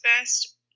best